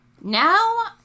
Now